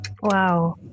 Wow